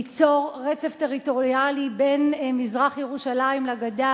ליצור רצף טריטוריאלי בין מזרח-ירושלים לגדה